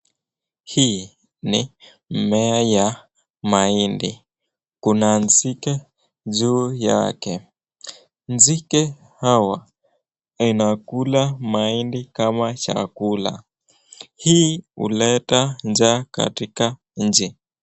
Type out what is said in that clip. Hii ni mmea ya mahindi. Kuna nzige juu yake. Nzige hawa wanakula mahindi kama chakula. Hii huleta njaa katika nchi.